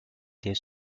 dès